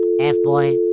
F-Boy